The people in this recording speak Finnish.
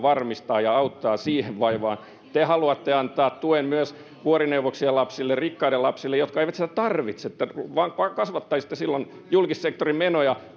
auttaa siihen vaivaan te haluatte antaa tuen myös vuorineuvoksien lapsille rikkaiden lapsille jotka eivät sitä tarvitse te vain kasvattaisitte silloin julkissektorin menoja